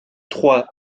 trois